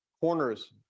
corners